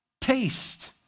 taste